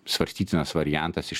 svarstytinas variantas iš